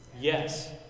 Yes